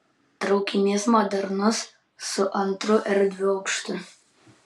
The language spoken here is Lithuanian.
traukinys modernus su antru erdviu aukštu